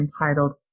entitled